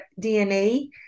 DNA